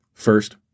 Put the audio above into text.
First